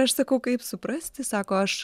aš sakau kaip suprasti sako aš